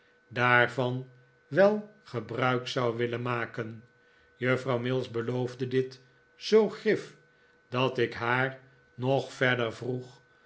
daarvan wel gebruik zou willen maken juffrouw mills beloofde dit zoo grif dat ik haar nog verder vroeg